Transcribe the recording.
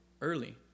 early